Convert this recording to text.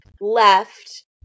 Left